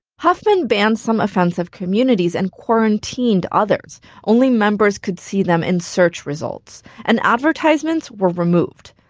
huffman banned some offensive communities and quarantined others only members could see them in search results and advertisements were removed.